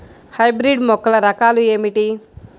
Hybrid మొక్కల రకాలు ఏమిటీ?